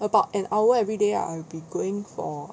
about an hour everyday lah I will be going for